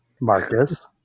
Marcus